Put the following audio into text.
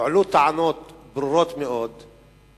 הועלו טענות ברורות מאוד על